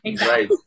Right